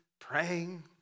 praying